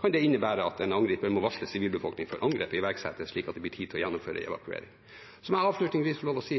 kan det innebære at en angriper må varsle sivilbefolkningen før angrepet iverksettes, slik at det blir tid til å gjennomføre evakuering. Avslutningsvis må jeg få lov å si